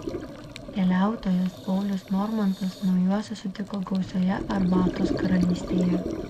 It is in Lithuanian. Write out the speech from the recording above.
keliautojas paulius normantas naujuosius sutiko gausiojoje arbatos karalystėje